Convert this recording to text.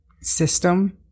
system